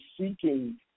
seeking